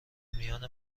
میان